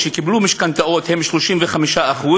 שקיבלו משכנתאות הם 35%,